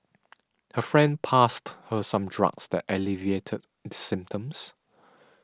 her friend passed her some drugs that alleviated the symptoms